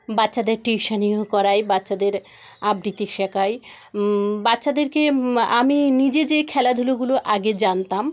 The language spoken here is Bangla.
বাচ্চাদের টিউশানিও করাই বাচ্চাদের আবৃত্তি শেকাই বাচ্চাদেরকে আমি নিজে যেই খেলাধুলোগুলো আগে জানতাম